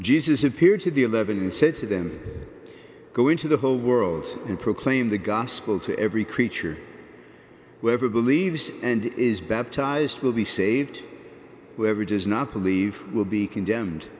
jesus appeared to the eleven he said to them go into the whole world and proclaim the gospel to every creature whoever believes and is baptized will be saved whoever does not believe will be condemned